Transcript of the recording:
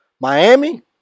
Miami